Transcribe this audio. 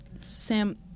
sam